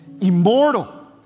immortal